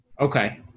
Okay